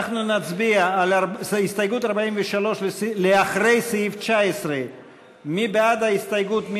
אנחנו נצביע על הסתייגות 43 לאחרי סעיף 19. מי בעד ההסתייגות?